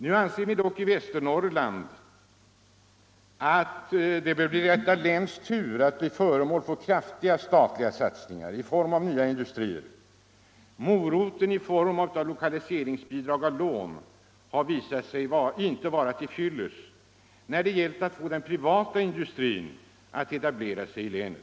Nu anser vi dock att det bör vara Västernorrlands läns Torsdagen den tur att bli föremål för kraftiga statliga satsningar i form av nya industrier. 20 februari 1975 Det har visat sig att moroten i form av lokaliseringsbidrag och lån inte I är till fyllest för att få den privata industrin att etablera sig i länet.